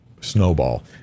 snowball